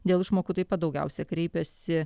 dėl išmokų taip pat daugiausia kreipėsi